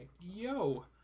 yo